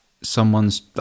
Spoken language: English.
someone's